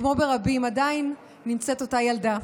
כמו ברבים, עדיין נמצאת אותה ילדה.